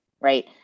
right